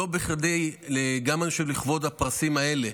אני חושב שלכבוד הפרסים האלה,